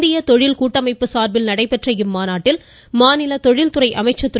இந்திய தொழில் கூட்டமைப்பு சார்பில் நடைபெற்ற இம்மாநாட்டில் மாநில தொழில் துறை அமைச்சர் திரு